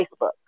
Facebook